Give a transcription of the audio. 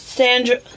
Sandra